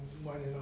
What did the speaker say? no money you know